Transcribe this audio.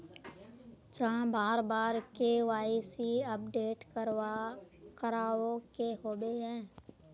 चाँह बार बार के.वाई.सी अपडेट करावे के होबे है?